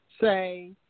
say